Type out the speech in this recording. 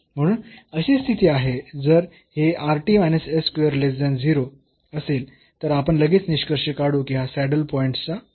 म्हणून अशी स्थिती आहे जर हे असेल तर आपण लगेच निष्कर्ष काढू की हा सॅडल पॉईंटचा पॉईंट असेल